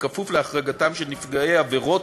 כפוף להחרגתם של נפגעי עבירות